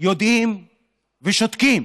יודעים ושותקים.